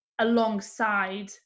alongside